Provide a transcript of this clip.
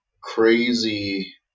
crazy